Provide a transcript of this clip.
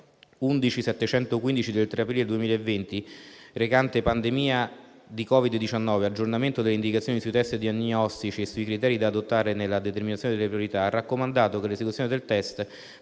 11715 del 3 aprile 2020, recante «Pandemia di Covid-19 - aggiornamento delle indicazioni sui test diagnostici e sui criteri da adottare nella determinazione delle priorità», ha raccomandato che l'esecuzione del test